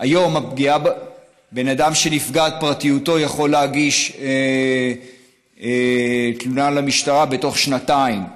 היום בן אדם שנפגעת פרטיותו יכול להגיש תלונה למשטרה בתוך שנתיים בלבד,